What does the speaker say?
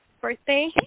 birthday